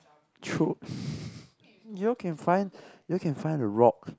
true you all can find you all can find a rock